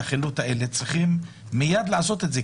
החילוט הזה צריכים מייד לעשות את זה,